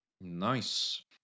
Nice